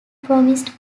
promised